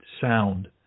sound